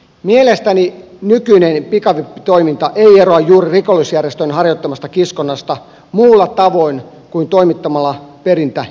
mielestäni nykyinen pikavippitoiminta ei eroa juuri rikollisjärjestön harjoittamasta kiskonnasta muulla tavoin kuin toimittamalla perinnän inhimillisemmin